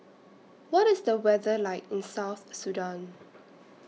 What IS The weather like in South Sudan